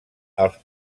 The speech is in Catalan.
els